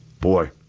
Boy